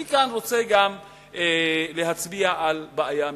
אני כאן רוצה גם להצביע על בעיה מסוימת.